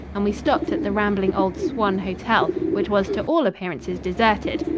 and we stopped at the rambling old swan hotel, which was to all appearances deserted,